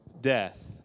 death